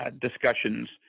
discussions